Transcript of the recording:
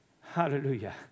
Hallelujah